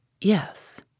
Yes